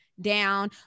down